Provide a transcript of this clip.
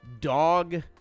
dog